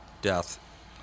death